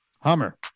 Hummer